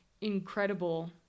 incredible